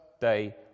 day